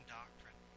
doctrine